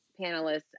panelists